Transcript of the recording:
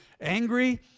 angry